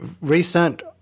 Recent